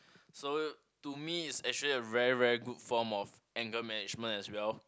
so to me is actually a very very good form of anger management as well